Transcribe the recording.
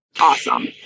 Awesome